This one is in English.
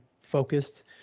focused